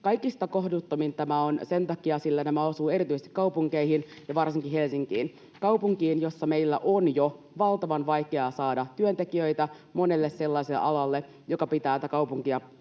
Kaikista kohtuuttomin tämä on sen takia, että nämä osuvat erityisesti kaupunkeihin ja varsinkin Helsinkiin, kaupunkiin, jossa meillä on jo valtavan vaikeaa saada työntekijöitä monelle sellaiselle alalle, joka pitää tätä kaupunkia